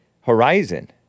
horizon